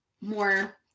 more